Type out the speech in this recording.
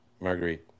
Marguerite